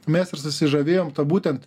mes ir susižavėjom ta būtent